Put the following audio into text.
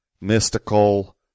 Mystical